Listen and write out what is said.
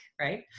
right